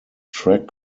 track